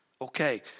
Okay